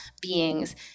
beings